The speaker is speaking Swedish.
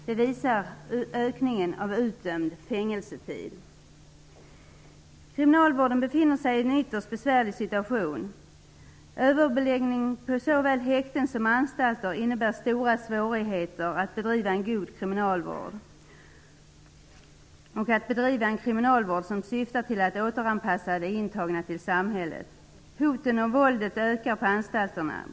Det visar ökningen av utdömd fängelsetid. Kriminalvården befinner sig i en ytterst besvärlig situation. Överbeläggning på såväl häkten som anstalter innebär stora svårigheter att bedriva en god kriminalvård, som syfter till att återanpassa de intagna till samhället. Hoten om våldet ökar på anstalterna.